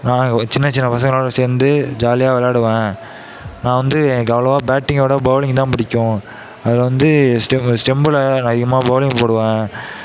நான் சின்ன சின்ன பசங்களோட சேர்ந்து ஜாலியாக விளயாடுவன் நான் வந்து எனக்கு அவ்வளோவா பேட்டிங்கோட பவுலிங் தான் பிடிக்கும் அதில் வந்து ஸ்டெம் ஸ்டெம்பில் நான் அதிகமாக பவுலிங் போடுவேன்